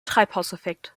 treibhauseffekt